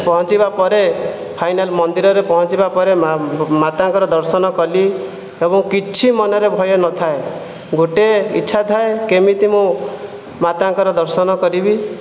ପହଞ୍ଚିବା ପରେ ଫାଇନାଲ ମନ୍ଦିରରେ ପହଞ୍ଚିବା ପରେ ମାଆ ମାତାଙ୍କର ଦର୍ଶନ କଲି ଏବଂ କିଛି ମନରେ ଭୟ ନଥାଏ ଗୋଟିଏ ଇଛା ଥାଏ କେମିତି ମୁଁ ମାତାଙ୍କର ଦର୍ଶନ କରିବି